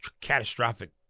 catastrophic